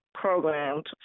programmed